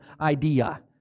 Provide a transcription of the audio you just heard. idea